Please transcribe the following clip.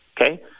Okay